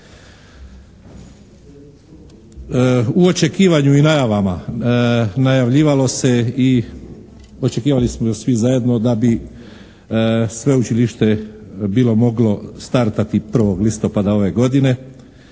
U očekivanju i najavama najavljivalo se i očekivali smo svi zajedno da bi sveučilište bilo moglo startati 1. listopada ove godine.